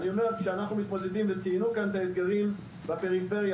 אני אומר שאנחנו מתמודדים וציינו כאן את האתגרים בפריפריה,